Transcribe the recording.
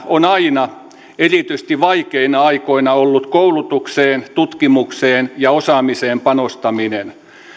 on aina erityisesti vaikeina aikoina ollut koulutukseen tutkimukseen ja osaamiseen panostaminen